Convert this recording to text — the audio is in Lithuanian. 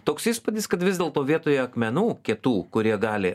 toks įspūdis kad vis dėlto vietoje akmenų kietų kurie gali